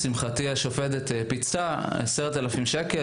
לשמחתי, השופטת פיצתה אותי ב-10,000 שקל.